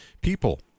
people